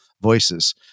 voices